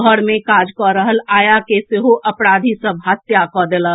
घर मे काज कऽ रहल आया के सेहो अपराधी सभ हत्या कऽ देलक